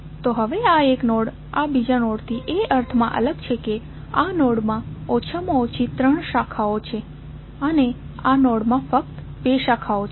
તો હવે આ એક નોડ આ બીજા નોડથી એ અર્થમાં અલગ છે કે આ નોડમાં ઓછામાં ઓછી ત્રણ શાખાઓ છે અને આ નોડમાં ફક્ત બે શાખાઓ છે